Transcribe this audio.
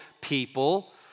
people